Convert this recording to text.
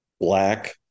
Black